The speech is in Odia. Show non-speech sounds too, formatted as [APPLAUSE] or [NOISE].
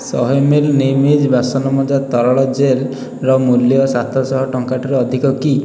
ଶହେ [UNINTELLIGIBLE] ନିମ୍ଇଜି ବାସନମଜା ତରଳ ଜେଲ୍ ର ମୂଲ୍ୟ ସାତଶହ ଟଙ୍କା ଠାରୁ ଅଧିକ କି